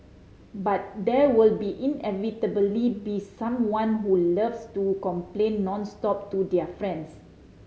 but there will be inevitably be someone who loves to complain nonstop to their friends